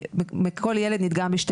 כל ילד נדגם בשתי